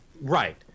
right